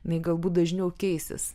jinai galbūt dažniau keisis